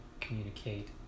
communicate